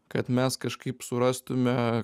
kad mes kažkaip surastume